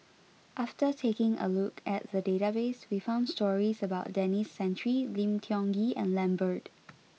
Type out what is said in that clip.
after taking a look at the database we found stories about Denis Santry Lim Tiong Ghee and Lambert